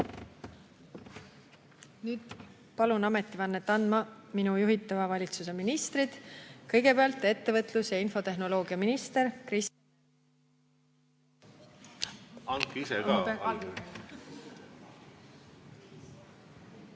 palun ametivannet andma minu juhitava valitsuse ministrid. Kõigepealt ettevõtlus- ja infotehnoloogiaminister ...